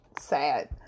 sad